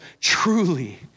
truly